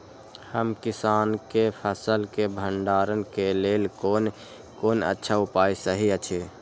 हम किसानके फसल के भंडारण के लेल कोन कोन अच्छा उपाय सहि अछि?